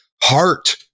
heart